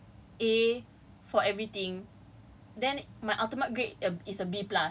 then cause if you know your fifty per cent okay let's say I got like A for everything